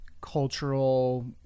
cultural